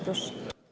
Proszę.